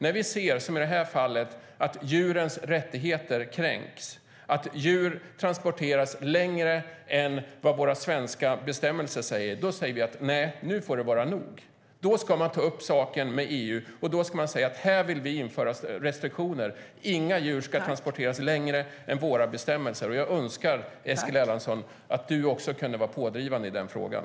När vi som i det här fallet ser att djurens rättigheter kränks, att djur transporteras längre än vad våra svenska bestämmelser tillåter, då säger vi att det får vara nog. Då ska man ta upp saken med EU och säga att vi vill införa restriktioner. Inga djur ska transporteras längre än vad våra bestämmelser tillåter. Jag önskar, Eskil Erlandsson, att du också kunde vara pådrivande i den frågan.